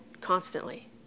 constantly